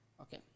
Okay